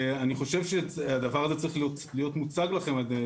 אני חושב שהדבר הזה צריך להיות מוצג לכם על ידי